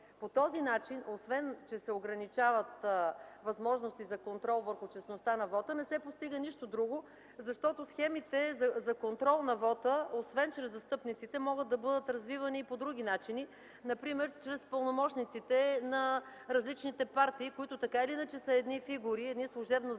по този начин, освен че се ограничават възможности за контрол върху честността на вота, не се постига нищо друго, защото схемите за контрол на вота, освен чрез застъпниците, могат да бъдат развивани и по други начини. Например чрез пълномощниците на различните партии, които, така или иначе, са фигури, участници